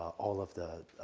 all of the,